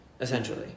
essentially